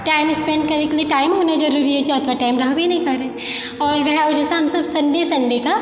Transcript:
time spend करयके लेल time होनाए जरुर होइ छै आओर ओकरा टाइम रहबय नहि करय आओर वएह ओ जे हमसभ सन्डे सन्डेके